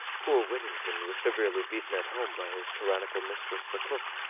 poor whittington was severely beaten at home by his tyrannical mistress the cook,